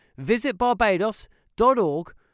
visitbarbados.org